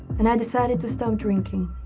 and i decided to stop drinking